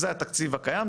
זה התקציב הקיים,